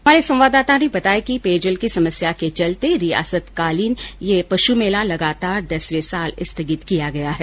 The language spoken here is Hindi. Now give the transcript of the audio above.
हमारे संवाददाता ने बताया कि पेयजल की समस्या के चलते रियासतकालीन यह पशुमेला लगातार दसवें साल स्थगित किया गया है